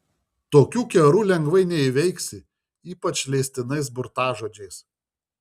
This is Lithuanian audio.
tokių kerų lengvai neįveiksi ypač leistinais burtažodžiais